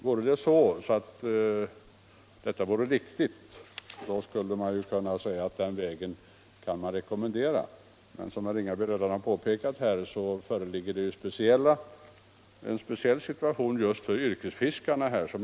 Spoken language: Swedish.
Vore detta riktigt, skulle man kunna säga att den vägen är att rekommendera, men som herr Ringaby redan har påpekat föreligger det en speciell situation just för yrkesfiskarna.